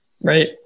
Right